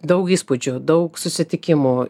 daug įspūdžių daug susitikimų